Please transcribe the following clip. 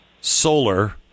solar